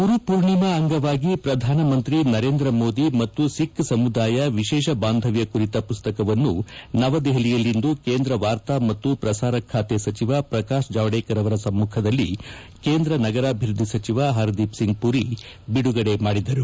ಗುರುಪೂರ್ಣಿಮಾ ಅಂಗವಾಗಿ ಪ್ರಧಾನಮಂತ್ರಿ ನರೇಂದ್ರ ಮೋದಿ ಮತ್ತು ಸಿಖ್ ಸಮುದಾಯ ವಿಶೇಷ ಬಾಂಧವ್ಲ ಕುರಿತ ಪುಸ್ತಕವನ್ನು ನವದೆಹಲಿಯಲ್ಲಿಂದು ಕೇಂದ್ರ ವಾರ್ತಾ ಮತ್ತು ಪ್ರಸಾರ ಖಾತೆ ಸಚವ ಪ್ರಕಾಶ್ ಜಾವಡೇಕರ್ ಅವರ ಸಮ್ಮಖದಲ್ಲಿ ಕೇಂದ್ರ ನಗರಾಭಿವೃದ್ದಿ ಸಚಿವ ಹರ್ದೀಪ್ ಸಿಂಗ್ ಪುರಿ ಬಿಡುಗಡೆ ಮಾಡಿದರು